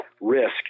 risk